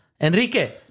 Enrique